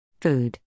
Food